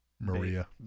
Maria